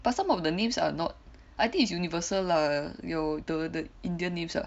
but some of the names are not I think it's universal lah 有 the the Indian names ah